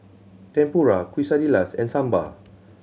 Tempura Quesadillas and Sambar